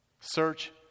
Search